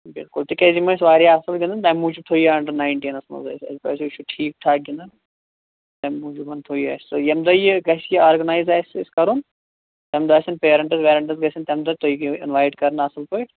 بِلکُل تہِ کیٛازِ یِم ٲسۍ واریاہ اصٕل گِنٛدان تَمہِ موٗجوٗب تھوٚو یہِ اَنڈر نَیِنٹیٖنس مَنٛز اَسہِ اَسہِ دوٛپ یہِ چھُ ٹھیٖک ٹھاک گِنٛدان تَمہِ موٗجوٗب تھوٚو یہِ اَسہِ ییٚمہِ دۄہ یہِ گَژھِ یہِ آرگٕنایِز آسہِ اَسہِ کَرُن تَمہِ دۄہ آسان پیرَنٹٕس ویرَنٹٕس گَژھان تَمہِ دۄہ تُہۍ تہِ یِیو اِنوایٹ کَرنہٕ اصٕل پٲٹھۍ